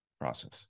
process